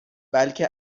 بلکه